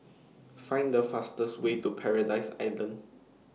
Find The fastest Way to Paradise Island